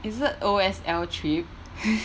is it O_S_L trip